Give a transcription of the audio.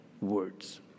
words